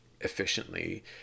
efficiently